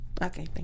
Okay